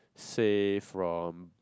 say from